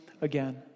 again